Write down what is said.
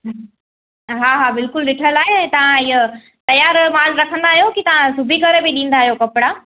हू हा हा बिल्कुल ॾिठल आहे ऐं तव्हां हीअ तयार माल रखंदा आहियो की तव्हां सिबी करे बि ॾींदा आहियो कपिड़ा